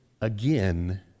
again